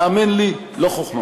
האמן לי, לא חוכמה.